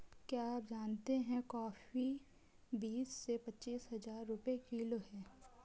क्या आप जानते है कॉफ़ी बीस से पच्चीस हज़ार रुपए किलो है?